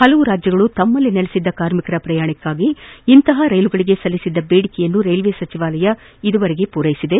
ಪಲವು ರಾಜ್ಯಗಳು ತಮ್ನಲ್ಲಿ ನೆಲೆಸಿದ್ದ ಕಾರ್ಮಿಕರ ಪ್ರಯಾಣಕಾಗಿ ಇಂತಹ ರೈಲುಗಳಿಗೆ ಸಲ್ಲಿಸಿದ್ದ ಬೇಡಿಕೆಯನ್ನು ರೈಲ್ವೆ ಸಚಿವಾಲಯ ಇದುವರೆಗೆ ಪೂರೈಸಿದೆ